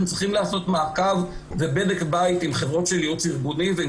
הם צריכים לעשות מעקב ובדק בית עם חברות של ייעוץ ארגוני ועם